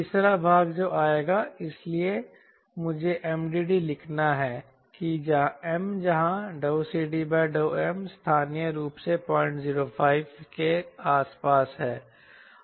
तीसरा भाग जो आएगा इसलिए मुझे MDD लिखना है कि M जहां CD∂M स्थानीय रूप से 005 के आसपास है